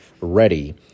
ready